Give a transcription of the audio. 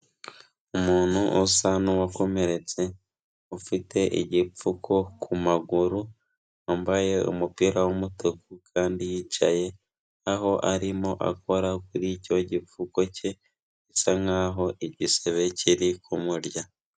Umuntu usa n'uwakomeretse ufite igipfuko ku maguru, wambaye umupira w'umutuku kandi yicaye, aho arimo akora kuri icyo gipfuko cye, bisa nkaho igisebe kiri kumurya.